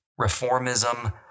reformism